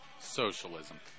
Socialism